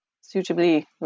suitably